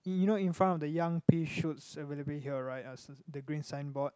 you know in front of the young pea shoots available here right the green signboard